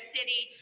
City